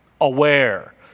aware